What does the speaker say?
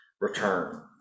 return